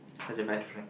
such a bad friend